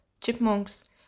chipmunks